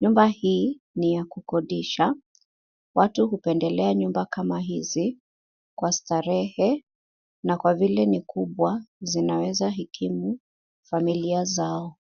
Nyumba hii ni ya kukodisha. Watu hupendelea nyumba kama hizi hii kwa starehe na kwa vile ni kubwa zinaweza hitimu familia zao.